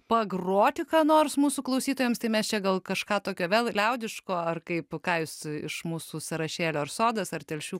pagroti ką nors mūsų klausytojams tai mes čia gal kažką tokio vėl liaudiško ar kaip ką jūs iš mūsų sąrašėlio ar sodas ar telšių